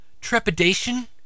trepidation